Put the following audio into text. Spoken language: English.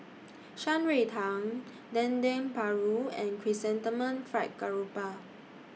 Shan Rui Tang Dendeng Paru and Chrysanthemum Fried Garoupa